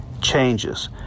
changes